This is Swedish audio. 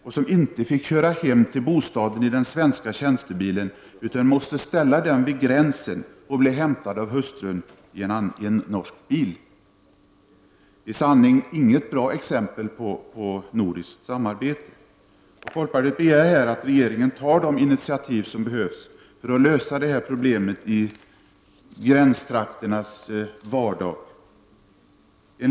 Han fick inte köra hem till bostaden i den svenska tjänstebilen utan måste ställa den vid gränsen och bli hämtad av hustrun i en norsk bil. Det är i sanning inget bra exempel på nordiskt samarbete. Folkpartiet begär här att regeringen skall ta de initiativ som behövs för att lösa detta problem i gränstrakternas vardag.